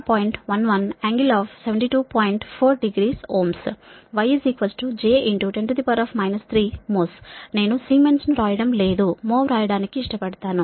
40 Ω Y j 10 3 mho నేను Siemens రాయడం లేదు మొ వ్రాయడానికి ఇష్టపడతాను